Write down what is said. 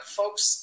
folks